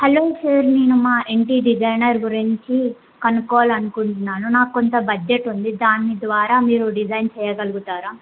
hello sir నేను మా ఇంటి డిజైనర్ గురించి కనుక్కోవాలనుకుంటున్నాను నా కొంత బడ్జెట్ ఉంది దాని ద్వారా మీరు డిజైన్ చేయగలుగుతారా